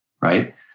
right